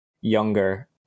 younger